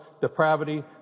depravity